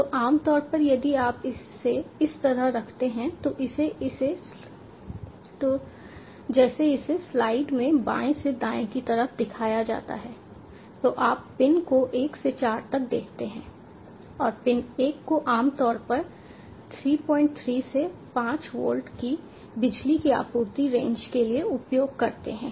तो आम तौर पर यदि आप इसे इस तरह रखते हैं जैसे इसे स्लाइड में बाएँ से दाएँ की तरफ दिखाया जाता है तो आप पिन को 1 से 4 तक देखते हैं और पिन 1 को आम तौर पर 33 से 5 वोल्ट की बिजली की आपूर्ति रेंज के लिए उपयोग करते हैं